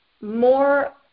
more